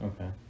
Okay